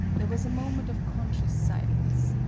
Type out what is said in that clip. there was a moment of conscious silence.